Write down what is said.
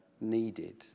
needed